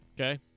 Okay